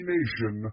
Nation